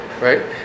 right